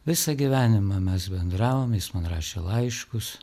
visą gyvenimą mes bendravom jis man rašė laiškus